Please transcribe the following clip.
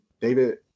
David